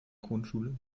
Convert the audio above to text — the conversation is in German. grundschule